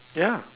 ya